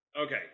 Okay